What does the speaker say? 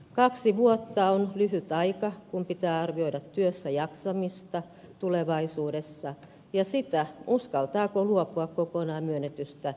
kaksi vuotta on lyhyt aika kun pitää arvioida työssäjaksamista tulevaisuudessa ja sitä uskaltaako luopua kokonaan myönnetystä työttömyyseläkkeestä